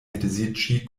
edziĝi